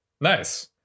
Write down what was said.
nice